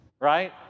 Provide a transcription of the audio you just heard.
right